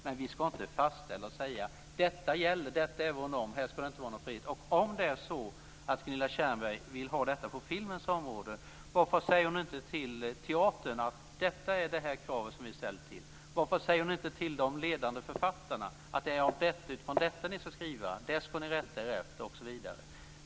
Men vi ska inte fastställa en definition och säga att detta gäller och detta är vår norm och här ska inte vara någon frihet. Om Gunilla Tjernberg vill ha detta på filmens område, varför säger hon inte till teatern att detta är det krav som vi ställer? Varför säger hon inte till de ledande författarna att det är utifrån detta som de ska skriva och detta som de ska rätta sig efter?